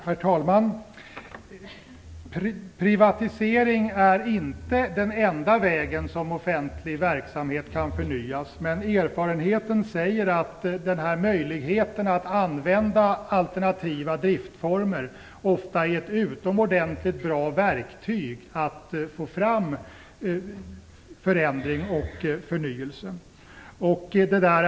Herr talman! Privatisering är inte den enda vägen när det gäller att förnya offentlig verksamhet. Men erfarenheten säger att alternativa driftformer ofta är utomordentligt bra verktyg för att man skall få till stånd förändring och förnyelse.